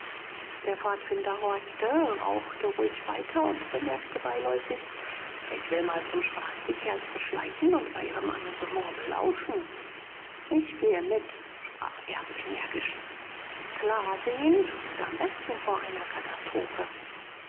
der pfadfinder horchte rauchte ruhig weiter und bemerkte beiläufig ich will mal zum spaß die kerls beschleichen und bei ihrem amüsement belauschen ich gehe mit sprach erb energisch klar sehen schützt am besten vor einer katastrophe